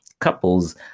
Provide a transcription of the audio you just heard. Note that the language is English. couples